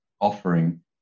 Offering